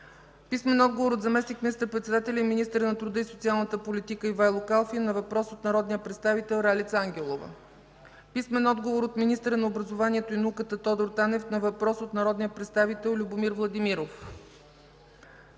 Божинов; - заместник министър-председателя и министър на труда и социалната политика Ивайло Калфин на въпрос от народния представител Ралица Ангелова; - министъра на образованието и науката Тодор Танев на въпрос от народния представител Любомир Владимиров;